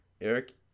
Eric